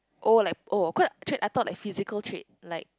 oh like oh cause trait I thought like physical trait like